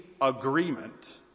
agreement